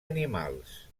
animals